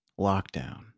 lockdown